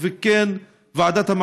ועד ההגנה על האדמות הערביות,